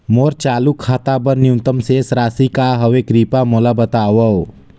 मोर चालू खाता बर न्यूनतम शेष राशि का हवे, कृपया मोला बतावव